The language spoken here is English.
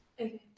Okay